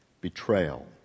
betrayal